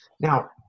Now